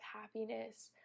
happiness